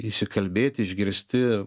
išsikalbėti išgirsti